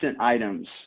items